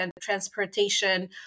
transportation